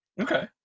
Okay